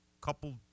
couple